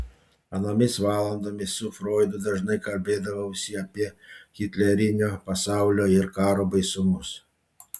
anomis valandomis su froidu dažnai kalbėdavausi apie hitlerinio pasaulio ir karo baisumus